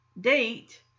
date